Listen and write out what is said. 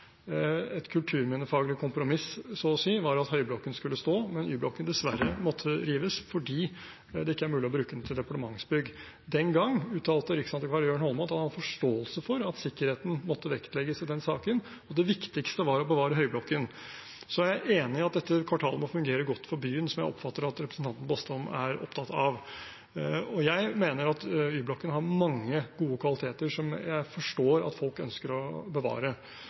Et kulturminnefaglig kompromiss, så å si, var at Høyblokken skulle stå, men at Y-blokken dessverre måtte rives fordi det ikke er mulig å bruke den til departementsbygg. Den gang uttalte riksantikvar Jørn Holme at han hadde forståelse for at sikkerheten måtte vektlegges i den saken, og at det viktigste var å bevare Høyblokken. Så er jeg enig i at dette kvartalet må fungere godt for byen, som jeg oppfatter at representanten Bastholm er opptatt av. Jeg mener at Y-blokken har mange gode kvaliteter som jeg forstår at folk ønsker å bevare,